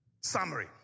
summary